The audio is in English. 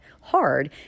hard